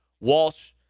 Walsh